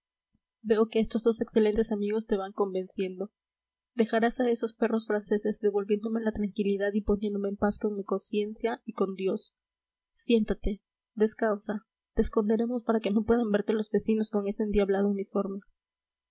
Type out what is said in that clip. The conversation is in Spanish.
veo que estos dos excelentes amigos te van convenciendo dejarás a esos perros franceses devolviéndome la tranquilidad y poniéndome en paz con mi conciencia y con dios siéntate descansa te esconderemos para que no puedan verte los vecinos con ese endiablado uniforme